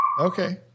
Okay